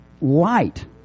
light